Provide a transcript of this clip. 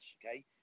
okay